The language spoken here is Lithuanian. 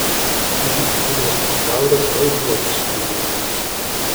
fizikų dinas zauras vėl buvo pas filologes